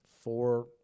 four